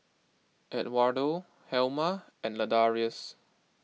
Edwardo Helma and Ladarius